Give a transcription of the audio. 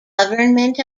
government